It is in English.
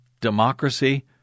democracy